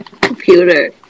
Computer